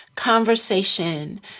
conversation